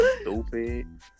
stupid